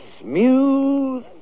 smooth